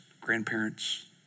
grandparents